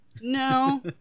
No